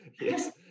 Yes